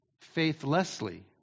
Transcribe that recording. faithlessly